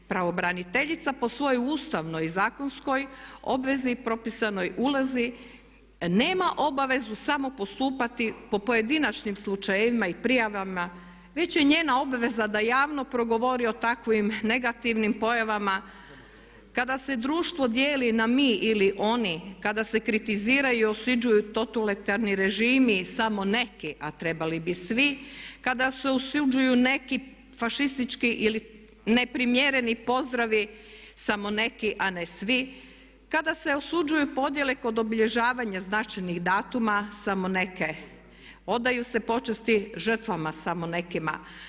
Pravobraniteljica po svojoj ustavnoj zakonskoj obvezi propisanoj ulozi nema obavezu samo postupati po pojedinačnim slučajevima i prijavama već je njena obaveza da javno progovori o takvim negativnim pojavama kada se društvo mjeri na mi ili oni, kada se kritiziraju i osuđuju totalitarni režimi, samo neki a trebali bi svi, kada se osuđuju neki fašistički ili neprimjereni pozdravi, samo neki a ne svi, kada se osuđuju podjele kod obilježavanja značajnih datuma, samo neke, odaju se počasti žrtvama, samo nekima.